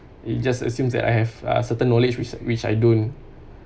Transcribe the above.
he just assumes that I have a certain knowledge which which I don't